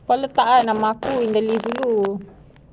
kau letak nama aku in the list dulu